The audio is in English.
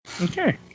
Okay